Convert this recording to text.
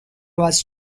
was